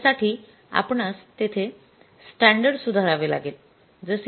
त्या साठी आपणास येथे स्टॅंडर्ड सुधारावे लागेल